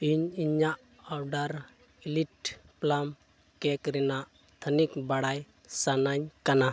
ᱤᱧ ᱤᱧᱟᱹᱜ ᱚᱰᱟᱨ ᱮᱞᱤᱴ ᱯᱞᱟᱢ ᱠᱮᱠ ᱨᱮᱱᱟᱜ ᱛᱷᱟᱹᱱᱤᱠ ᱵᱟᱲᱟᱭ ᱥᱟᱱᱟᱧ ᱠᱟᱱᱟ